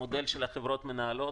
זה המודל של החברות המנהלות.